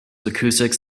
acoustics